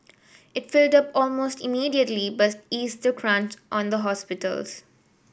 it filled up almost immediately but eased the crunch on the hospitals